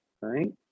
right